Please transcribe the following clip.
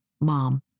Mom